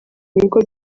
bigo